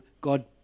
God